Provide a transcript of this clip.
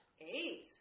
Eight